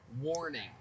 warning